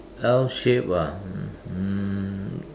L shape ah um